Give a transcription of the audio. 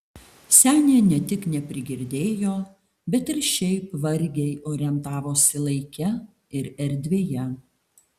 senė ne tik neprigirdėjo bet ir šiaip vargiai orientavosi laike ir erdvėje